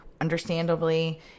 understandably